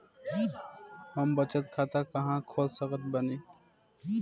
हम बचत खाता कहां खोल सकत बानी?